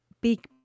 big